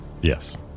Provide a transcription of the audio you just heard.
Yes